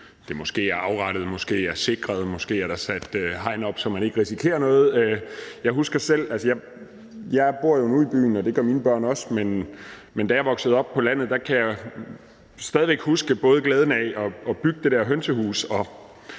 det måske er afrettet eller sikret eller der måske er sat hegn op, så man ikke risikerer noget. Jeg bor nu i byen, og det gør mine børn også, men jeg voksede op på landet og kan stadig væk huske både glæden af at bygge det der hønsehus og